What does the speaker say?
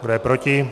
Kdo je proti?